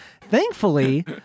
thankfully